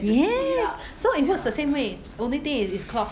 yes so it works the same way only thing it is cloth